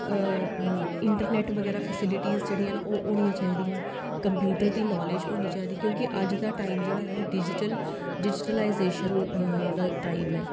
internet बगैरा facilities जेहड़ी ना ओह् होनियां चाहिदी आं कम्पयूटर दी नाॅलेज होनी चाहिदी क्योंकि अज्ज दा टाइम जेहड़ा ऐ ओह् डिजीटल डिजीटलाइजेशन दा टाइम ऐ